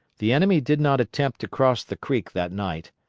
the enemy did not attempt to cross the creek that night,